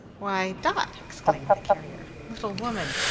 why, dot! exclaimed the carrier. little woman!